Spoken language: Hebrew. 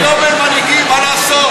היום אין מנהיגים, מה לעשות.